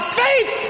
faith